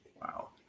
Wow